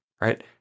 right